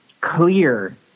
clear